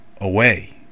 away